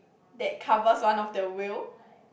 that covers one of the wheel